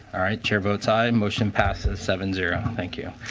chair votes. aye motion passes seven, zero. thank yeah